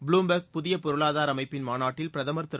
Bloomberg புதிய பொருளாதார அமைப்பின் மாநாட்டில் பிரதமர் திரு